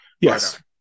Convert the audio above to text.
Yes